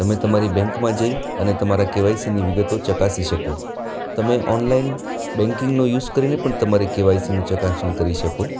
તમે તમારી બેન્કમાં જઈ અને તમારા કેવાયસીની વિગતો ચકાસી શકો તમે ઓનલાઈન બેંકીંગનો યુસ કરીને પણ તમારી કેવાયસીનું ચકાસણી કરી શકો